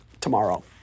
tomorrow